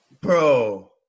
Bro